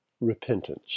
Repentance